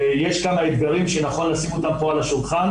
יש כמה אתגרים שנכון לשים אותם כאן על השולחן,